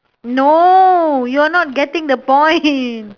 no you're not getting the point